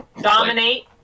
dominate